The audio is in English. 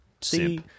See